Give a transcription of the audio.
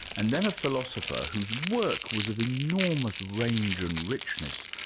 and then a philosopher whose work was of enormous range and richness,